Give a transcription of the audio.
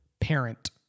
parent